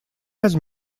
res